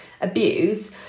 abuse